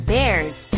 Bear's